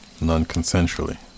non-consensually